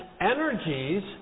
energies